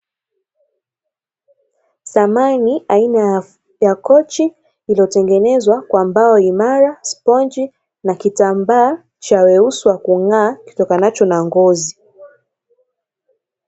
Samani aina ya kochi iliyotengenezwa kwa mbao imara, sponji na kitambaa cha weusi wa kung'aa, kitokanacho na ngozi.